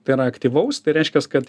tai yra aktyvaus tai reiškias kad